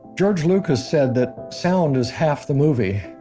george lucas said that sound is half the movie.